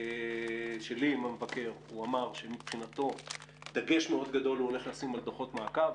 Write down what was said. שלי עם המבקר הוא אמר שהוא ייתן דגש רב על מסירת דוחות מעקב,